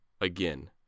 again